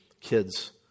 Kids